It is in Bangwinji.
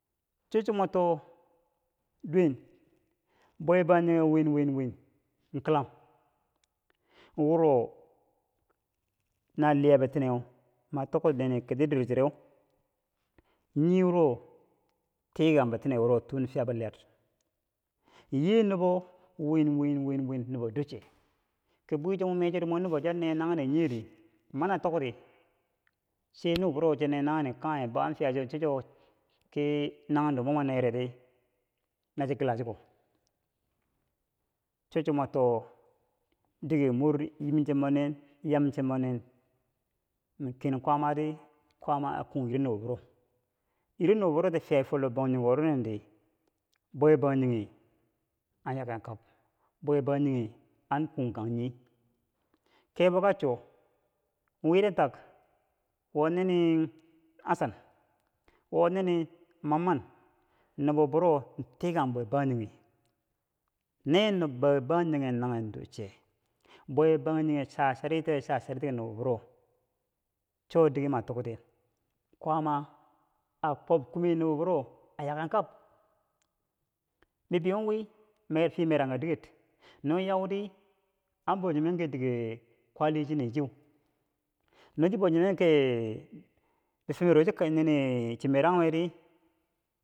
cho chwo moto o dwen bwe bangjinghe win win kilam wuro na liya bitineu ma tokkerti dor chereh nyii wuro tikang bitineu wuro tun fiya bo liyar nyee nubo win win win win nubo ducche, ki bwicho mo mee cho mwi nubo cho nee nanghendo nu mana tokti sai nubo buro cha nee naghene kanghe bou an fiya cho chwo kii nanghendo mo mwa neyereri na cho kula chiko cho chwo mwa to- o diger mor yim chembo nin, yam chembo nin, ma ken kwaamati, kwaama a kung irin do wuro, irin nubo wuro ti fiyai fo logbangjong ko wuro nindi, bwe banjinghe an yaken kab, bwe bangjinghe an kun kan nyi kebo ka cho, wiiten tak wo ni- nin Hassan, wo ni- ni Mamman nubo buro tikang bwe banjinghe, nee nob bwe bangjinghe nanghen ducche, bwe bangjinghe cha tiye, cha chariti ki nubo buro cho dige ma toktiye kwaama a kwob kume nubo buro a yaken kab bibeiyo wii mer fiye merangka diger, na yau di an bou chinen ki dige kwali chi ne chiyeu, na chi bo chinen ki bifumero chi ki ni- ni chi meranghu di.